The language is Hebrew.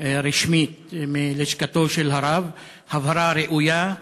רשמית מלשכתו של הרב, הבהרה ראויה,